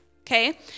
Okay